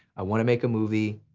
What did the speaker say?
i wanna make a movie.